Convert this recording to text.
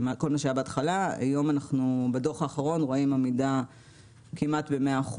בדוח האחרון אנחנו רואים עמידה כמעט מלאה,